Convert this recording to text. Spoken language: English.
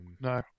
No